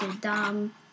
dumb